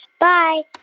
bye